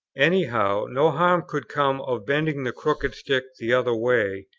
any how, no harm could come of bending the crooked stick the other way,